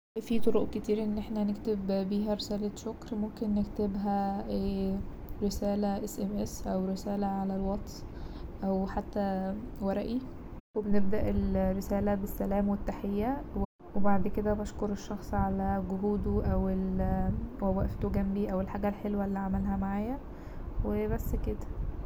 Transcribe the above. في طرق كتير ان احنا نكتب بيها رسالة شكر ممكن نكتبها رسالة قصيرة أو رسالة على الواتس أو حتى ورقي وبنبدأ الرسالة بالسلام والتحية وبعد كده بشكر الشخص على وجوده أو ال- وقفته جمبي أو الحاجة الحلوة اللي عملها معايا وبس كده.